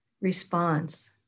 response